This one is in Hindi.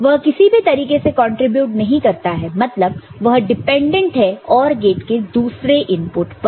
वह किसी भी तरीके से कंट्रीब्यूट नहीं करता है मतलब वह डिपेंडेंट है OR गेट के दूसरे इनपुट पर